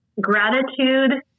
Gratitude